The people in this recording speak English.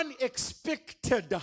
unexpected